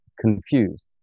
confused